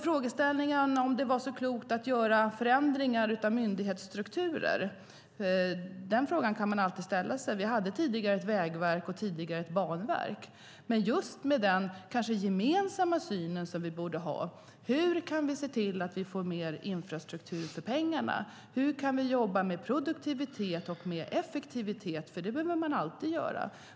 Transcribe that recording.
Frågan om det är klokt att göra förändringar av myndighetsstrukturer kan man alltid ställa sig. Vi hade tidigare ett vägverk och ett banverk. Men vi borde ha en gemensam syn. Hur kan vi se till att vi får mer infrastruktur för pengarna? Hur kan vi jobba med produktivitet och effektivitet? Det behöver man alltid göra.